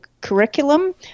curriculum